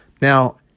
Now